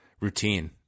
routine